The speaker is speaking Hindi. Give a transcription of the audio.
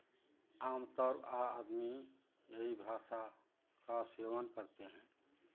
आम तौर आ आदमी यही भाषा का सेवन करते हैं